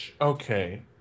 Okay